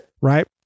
Right